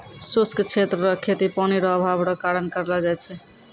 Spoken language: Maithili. शुष्क क्षेत्र रो खेती पानी रो अभाव रो कारण करलो जाय छै